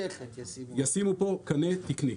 ישימו פה קנה תקני.